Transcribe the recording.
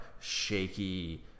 shaky